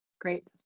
Great